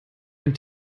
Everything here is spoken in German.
ein